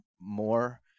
more